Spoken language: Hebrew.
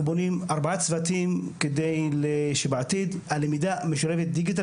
בונים ארבעה צוותים כדי שבעתיד הלמידה משולבת דיגיטל